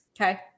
Okay